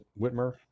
Whitmer